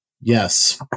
Yes